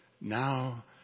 now